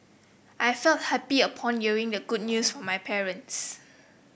I felt happy upon hearing the good news from my parents